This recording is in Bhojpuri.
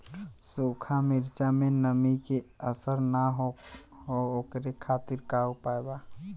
सूखा मिर्चा में नमी के असर न हो ओकरे खातीर का उपाय बा?